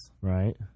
Right